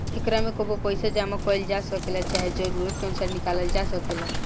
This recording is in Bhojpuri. एकरा में कबो पइसा जामा कईल जा सकेला, चाहे जरूरत के अनुसार निकलाल जा सकेला